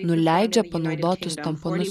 nuleidžia panaudotus tamponus